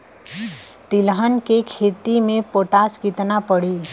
तिलहन के खेती मे पोटास कितना पड़ी?